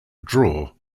draw